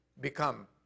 become